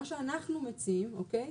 מה שאנחנו מציעים, אוקיי?